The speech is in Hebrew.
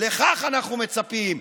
לכך אנחנו מצפים.